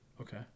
Okay